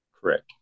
correct